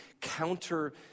counter